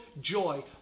joy